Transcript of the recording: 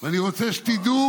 אני רוצה שתדעו